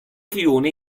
filone